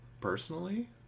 personally